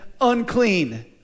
unclean